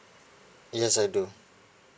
yes I do